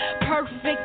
perfect